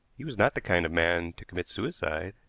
he was not the kind of man to commit suicide.